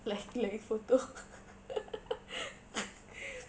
like length photo